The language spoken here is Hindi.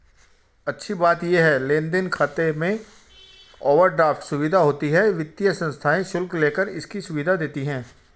अच्छी बात ये है लेन देन खाते में ओवरड्राफ्ट सुविधा होती है वित्तीय संस्थाएं शुल्क लेकर इसकी सुविधा देती है